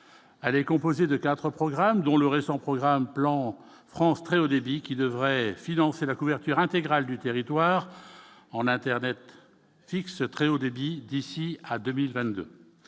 elle est composée de 4 programmes dont le récent programme plan France très Haut débit qui devrait financer la couverture intégrale du territoire en internet fixe très haut débit d'ici à 2022,